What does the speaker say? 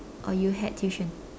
or you had tuition